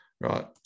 right